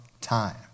time